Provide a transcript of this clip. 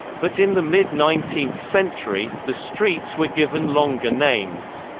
but in the mid nineteenth century, the streets were given longer names.